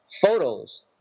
photos